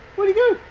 where'd he go?